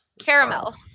Caramel